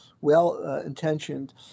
well-intentioned